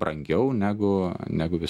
brangiau negu negu vis